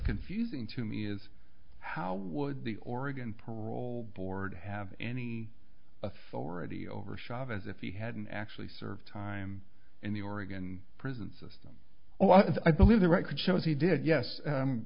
confusing to me is how would the oregon parole board have any authority over chavez if he hadn't actually served time in the oregon prison system or was i believe the record shows he did yes